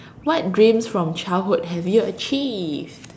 what dreams from childhood have you achieved